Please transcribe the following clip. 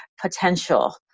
potential